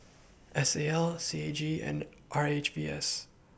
S A L C A G and R H V S